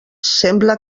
sembla